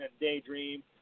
Daydream